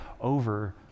over